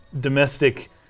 domestic